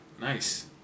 nice